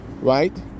right